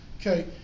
okay